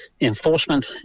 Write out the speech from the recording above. Enforcement